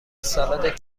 سالاد